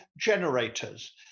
generators